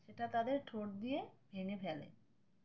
সেটা তাদের ঠোঁট দিয়ে ভেঙে ফেলে